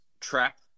trap